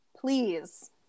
Please